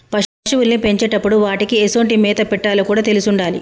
పశువుల్ని పెంచేటప్పుడు వాటికీ ఎసొంటి మేత పెట్టాలో కూడా తెలిసుండాలి